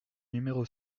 numéro